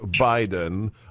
Biden